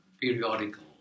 periodical